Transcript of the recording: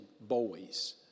boys